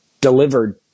delivered